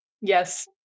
Yes